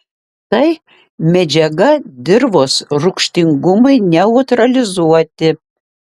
tai medžiaga dirvos rūgštingumui neutralizuoti